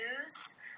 news